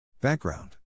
Background